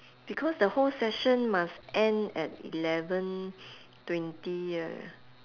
because the whole session must end at eleven twenty right